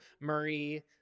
Murray